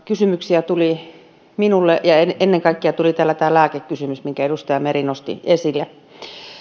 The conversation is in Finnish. kysymyksiä tuli minulle ja ennen kaikkea täällä tuli tämä lääkekysymys minkä edustaja meri nosti esille